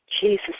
Jesus